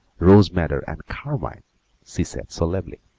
rose madder and carmine, she said, solemnly,